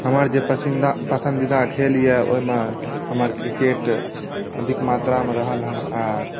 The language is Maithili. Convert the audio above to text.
हमर जे पसन्दीदा खेल यए ओहिमे हमर क्रिकेट अधिक मात्रामे रहल यए आर